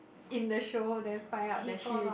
in the show then find out that she